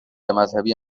مذهبی